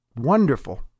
Wonderful